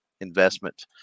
investment